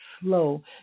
slow